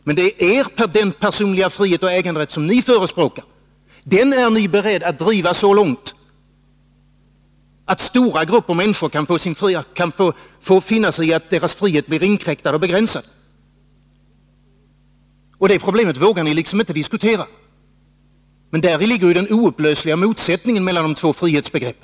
Men den personliga frihet och äganderätt som ni förespråkar är ni beredda att driva så långt att stora grupper människor kan få finna sig i att deras frihet blir inkräktad och begränsad. Det problemet vågar ni liksom inte diskutera, men däri ligger ju den oupplösliga motsättningen mellan de två frihetsbegreppen.